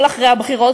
אבל אחרי הבחירות,